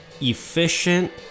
efficient